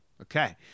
Okay